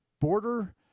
border